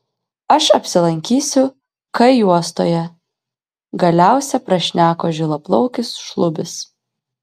aš apsilankysiu k juostoje galiausia prašneko žilaplaukis šlubis